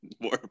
more